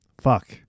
Fuck